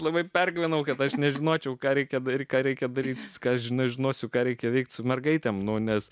labai pergyvenau kad aš nežinočiau ką reikia ir ką reikia daryti viską žinai žinosiu ką reikia veikti su mergaitėm nu nes